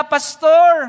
Pastor